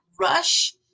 rush